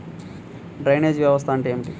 Drainage వ్యవస్థ అంటే ఏమిటి?